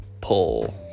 pull